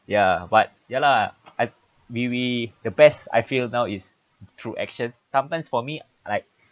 ya but ya lah I we we the best I feel now is through actions sometimes for me like